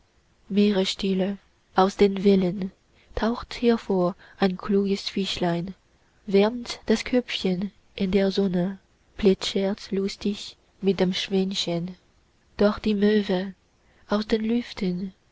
meeresstille aus den wellen taucht hervor ein kluges fischlein wärmt das köpfchen in der sonne plätschert lustig mit dem schwänzchen doch die möwe aus den lüften